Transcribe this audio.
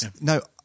No